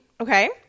Okay